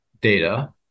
data